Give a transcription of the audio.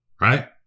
right